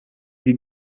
die